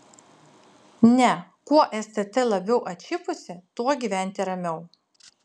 ne kuo stt labiau atšipusi tuo gyventi ramiau